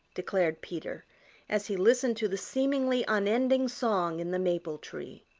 declared peter as he listened to the seemingly unending song in the maple-tree.